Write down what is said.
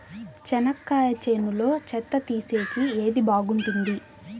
చెనక్కాయ చేనులో చెత్త తీసేకి ఏది బాగుంటుంది?